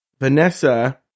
Vanessa